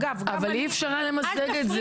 אגב, גם אני --- אבל אי אפשר היה למזג את זה.